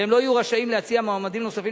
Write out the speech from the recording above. והם לא יהיו רשאים להציע מועמדים נוספים